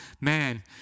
man